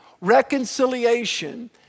reconciliation